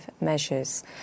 measures